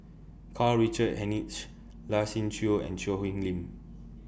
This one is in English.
Karl Richard Hanitsch Lai Siu Chiu and Choo Hwee Lim